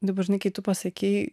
dabar žinai kai tu pasakei